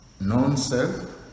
non-self